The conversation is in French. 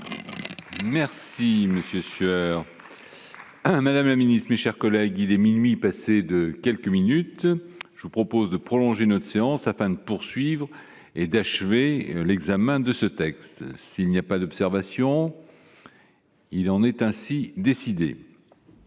Merci monsieur Sueur. Hein madame la ministre, mes chers collègues, il est minuit passé de quelques minutes, je vous propose de prolonger notre séance afin de poursuivre et d'achever l'examen de ce texte, s'il n'y a pas d'observation. Il en est ainsi décidé